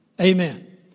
Amen